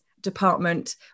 department